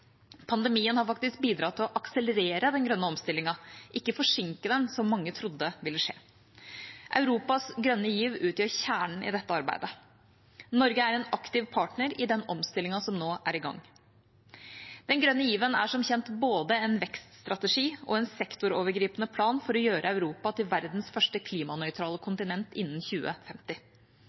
Pandemien har faktisk bidratt til å akselerere den grønne omstillingen, ikke forsinke den, slik mange trodde ville skje. Europas grønne giv utgjør kjernen i dette arbeidet. Norge er en aktiv partner i den omstillingen som nå er i gang. Den grønne given er som kjent både en vekststrategi og en sektorovergripende plan for å gjøre Europa til verdens første klimanøytrale kontinent innen 2050.